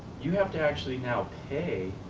you have to actually now pay